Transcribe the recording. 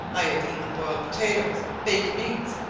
i have eaten boiled potatoes, baked meats,